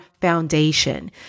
foundation